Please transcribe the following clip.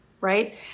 right